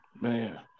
Man